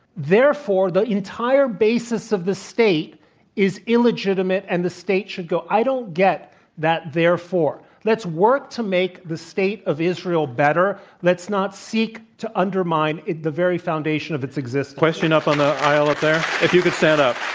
therefore, the entire basis of the state is illegitimate, and the state should go. i don't get that therefore. let's work to make the state of israel better. let's not seek to undermine the very foundation of its existence. question up on the aisle up there. if you could stand up.